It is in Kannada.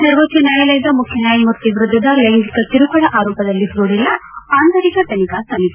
ಸರ್ವೋಚ್ಚ ನ್ವಾಯಾಲಯದ ಮುಖ್ಯ ನ್ಲಾಯಮೂರ್ತಿ ವಿರುದ್ದದ ಲ್ಲೆಂಗಿಕ ಕಿರುಕುಳ ಆರೋಪದಲ್ಲಿ ಹುರುಳಿಲ್ಲ ಆಂತರಿಕ ತನಿಖಾ ಸಮಿತಿ